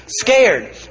scared